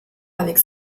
avec